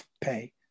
pay